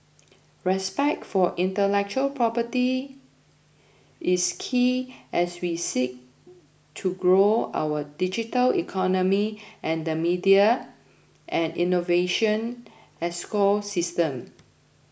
respect for intellectual property is key as we seek to grow our digital economy and the media and innovation ecosystems